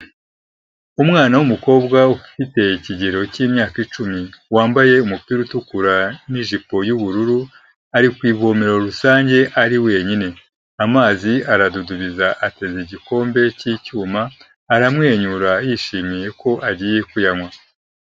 Umwana w'umukobwa ufite ikigero cy'imyaka icumi wambaye umupira utukura n'ijipo y'ubururu, ari ku ivomero rusange ari wenyine. Amazi aradudubiza ateze igikombe cy'icyuma, aramwenyura yishimiye ko agiye kuyanywa.